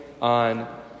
on